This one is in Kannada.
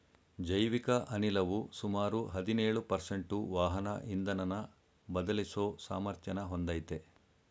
ಜೈವಿಕ ಅನಿಲವು ಸುಮಾರು ಹದಿನೇಳು ಪರ್ಸೆಂಟು ವಾಹನ ಇಂಧನನ ಬದಲಿಸೋ ಸಾಮರ್ಥ್ಯನ ಹೊಂದಯ್ತೆ